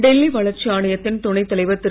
டெல்லி வளர்ச்சி ஆணையத்தின் துணைத் தலைவர் திரு